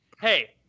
hey